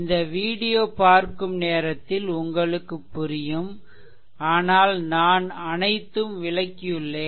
இந்த வீடியோ பார்க்கும்நேரத்தில் உங்களுக்கு புரியும் ஆனால் நான் அனைத்தும் விளக்கியுள்ளேன்